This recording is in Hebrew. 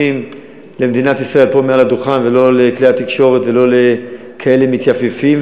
אמונים למדינת ישראל ולא לכלי התקשורת ולא לכאלה מתייפייפים,